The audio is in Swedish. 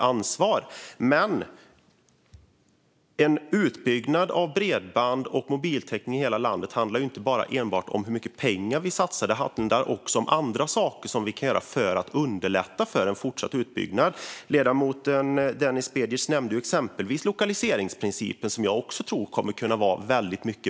Men när det gäller utbyggnad av bredband och mobiltäckning i hela landet handlar det ju inte enbart om hur mycket pengar vi satsar. Det handlar också om andra saker som vi kan göra för att underlätta för en fortsatt utbyggnad. Ledamoten Denis Begic nämnde exempelvis lokaliseringsprincipen, som även jag tror kommer att kunna vara väldigt bra.